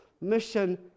mission